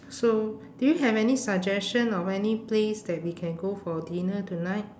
so do you have any suggestion of any place that we can go for dinner tonight